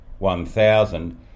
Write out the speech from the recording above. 1000